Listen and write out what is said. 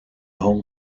hong